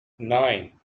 nine